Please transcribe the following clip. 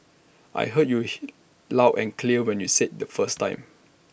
I heard you here loud and clear when you said IT the first time